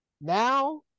Now